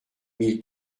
mille